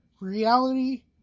reality